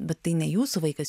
bet tai ne jūsų vaikas